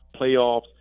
playoffs